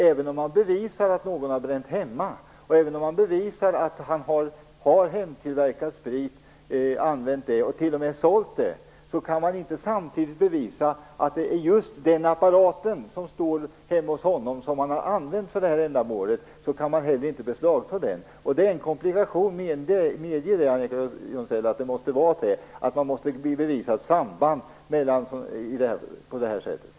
Även om man kan bevisa att någon har bränt hemma och t.o.m. sålt den spriten kan man samtidigt inte bevisa att det är just den innehavda apparaten som har använts för ändamålet. Därför kan den inte beslagtas. Medge att detta är en komplikation att man måste kunna bevisa ett samband, Annika Jonsell!